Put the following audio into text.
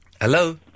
Hello